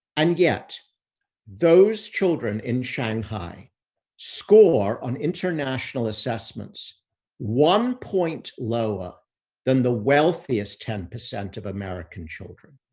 and yet those children in shanghai score on international assessments one point lower than the wealthiest ten percent of american children.